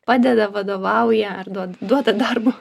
padeda vadovauja ar duo duoda darbo